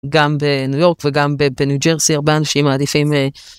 גם בניו יורק וגם בניו ג'רסר אנשים עדיפים.